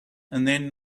and